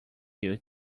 you